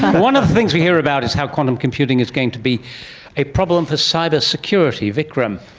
one of the things we hear about is how quantum computing is going to be a problem for cyber security. vikram,